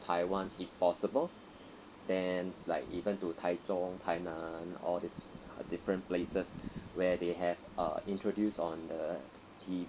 taiwan if possible then like even to taichung tainan all these different places where they have uh introduce on the T_V